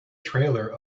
trailer